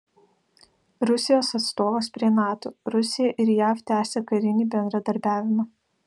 rusijos atstovas prie nato rusija ir jav tęsia karinį bendradarbiavimą